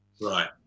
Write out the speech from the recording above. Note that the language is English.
right